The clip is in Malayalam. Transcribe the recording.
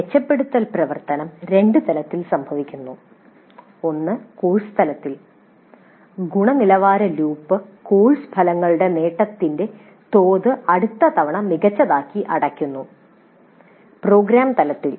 ഈ മെച്ചപ്പെടുത്തൽ പ്രവർത്തനം രണ്ട് തലങ്ങളിൽ സംഭവിക്കുന്നു കോഴ്സ് തലത്തിൽ ഗുണനിലവാരലൂപ്പ് കോഴ്സ് ഫലങ്ങളുടെ നേട്ടത്തിന്റെ തോത് അടുത്ത തവണ മികച്ചതാക്കി അടക്കുന്നു പ്രോഗ്രാം തലത്തിൽ